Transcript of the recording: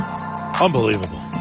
Unbelievable